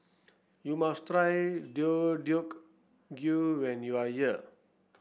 you must try Deodeok Gui when you are here